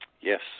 Yes